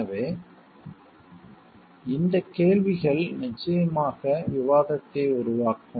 எனவே இந்த கேள்விகள் நிச்சயமாக விவாதத்தை உருவாக்கும்